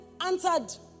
answered